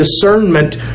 discernment